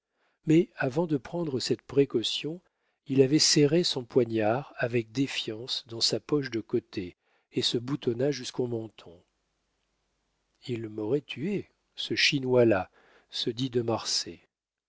mais avant de prendre cette précaution il avait serré son poignard avec défiance dans sa poche de côté et se boutonna jusqu'au menton il m'aurait tué ce chinois-là se dit de marsay